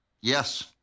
Yes